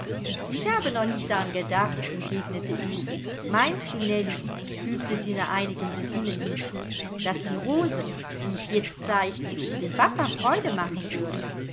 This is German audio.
ich habe noch nicht daran gedacht entgegnete ilse meinst du nellie fügte sie nach einigem besinnen hinzu daß die rose die ich jetzt zeichne dem papa freude machen würde